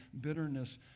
bitterness